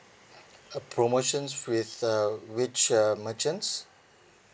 a promotions with uh which uh merchants